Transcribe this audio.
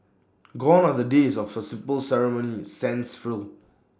gone are the days of A simple ceremony sans frills